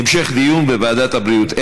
המשך דיון בוועדת הבריאות,